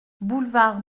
boulevard